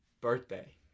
birthday